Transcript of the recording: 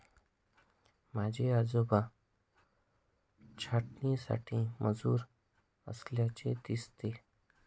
माझे आजोबा छाटणीसाठी मजूर असल्याचे दिसते